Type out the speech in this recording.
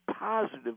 positive